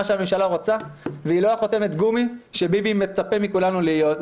שהממשלה רוצה והיא לא החותמת גומי שביבי מצפה מכולנו להיות.